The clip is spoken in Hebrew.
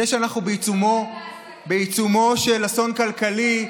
זה שאנחנו בעיצומו של אסון כלכלי,